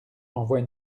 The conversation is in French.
envoie